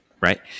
Right